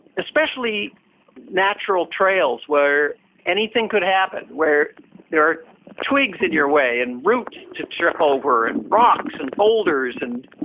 especially natural trails where anything could happen, where there are twigs in your way, and roots to trip over and rocks and boulders. and